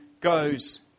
goes